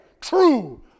true